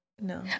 No